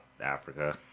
Africa